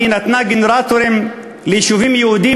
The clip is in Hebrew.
היא נתנה גנרטורים ליישובים יהודיים